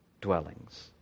dwellings